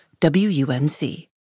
WUNC